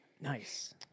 Nice